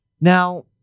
Now